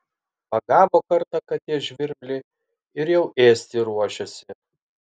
pagavo kartą katė žvirblį ir jau ėsti ruošiasi